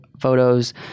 photos